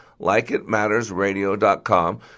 LikeItMattersRadio.com